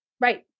Right